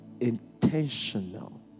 intentional